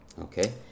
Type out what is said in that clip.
Okay